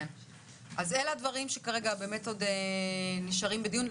אלה הדברים שכרגע נשארים בדין.